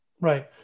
Right